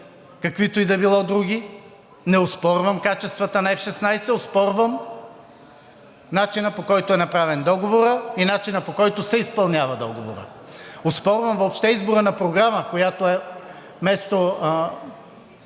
каквито и да било други. Не оспорвам качествата на F-16, оспорвам начина, по който е направен договорът, и начина, по който се изпълнява договорът. Оспорвам въобще избора на програма, която е вместо